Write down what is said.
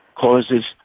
Causes